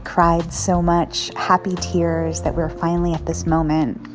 cried so much happy tears that we're finally at this moment.